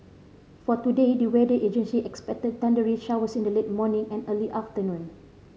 for today the weather agency expect thundery showers in the late morning and early afternoon